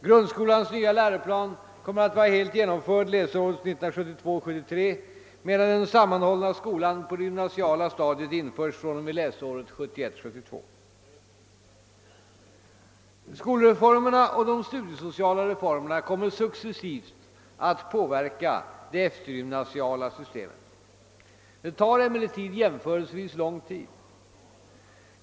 Grundskolans nya läroplan kommer att vara helt genomförd läsåret 1972 72. Skolreformerna och de studiesociala reformerna kommer successivt att påverka det eftergymnasiala systemet. Det tar emellertid jämförelsevis lång tid.